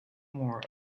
more